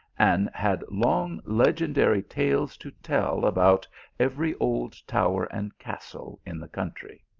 and had long legendary tales to tell about every old tower and castle in the country.